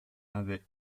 avait